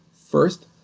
first,